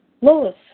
Lois